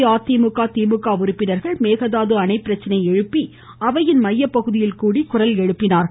அஇஅதிமுக திமுக உறுப்பினர்கள் மேகதாது அணை பிரச்சனையை எழுப்பி அவையின் மைய பகுதியில் கூடி குரல் எழுப்பினார்கள்